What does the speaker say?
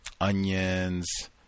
onions